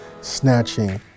snatching